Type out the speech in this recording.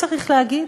צריך להגיד,